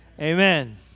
Amen